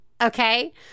okay